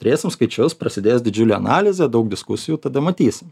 turėsim skaičius prasidės didžiulė analizė daug diskusijų tada matysim